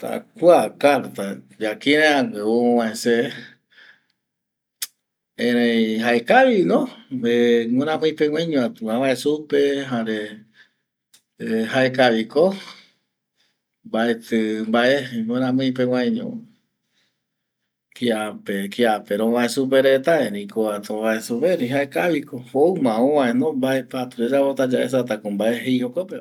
Ta kua carta ya kirai ague ou ovae seve erei jaekavi no eh miramii peguaiño atu avae supe jare, eh jaekavi ko mbaetii mbae miramii peguaño kiape, kiape ra ova supe reta erei ko atu ovae supe erei jaekavi, ou ma ovae no mbae patu yayapota, yaesa ta ko mbae jei jokope va